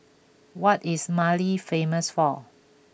what is Mali famous for